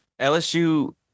LSU –